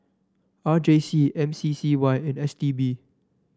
R J C M C C Y and S T B